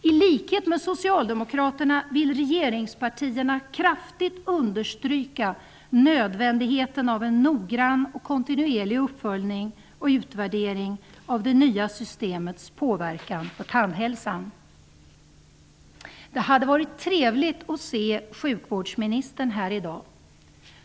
I likhet med socialdemokraterna vill regeringspartierna kraftigt understryka nödvändigheten av en noggrann och kontinuerlig uppföljning och utvärdering av det nya systemets påverkan på tandhälsan. Det hade varit trevligt att se sjukvårdsministern här i dag.